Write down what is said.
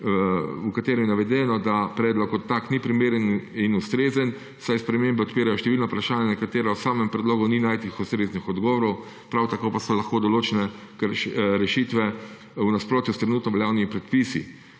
v katerem je navedeno, da predlog kot tak ni primeren in ustrezen, saj sprememba odpira številna vprašanja, na katera v samem predlogu ni najti ustreznih odgovorov, prav tako pa so lahko določene rešitve v nasprotju s trenutno veljavnimi predpisi,